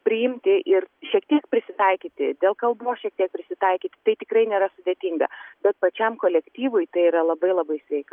priimti ir šiek tiek prisitaikyti dėl kalbos šiek tiek prisitaikyti tai tikrai nėra sudėtinga bet pačiam kolektyvui tai yra labai labai sveika